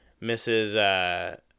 mrs